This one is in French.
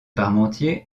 parmentier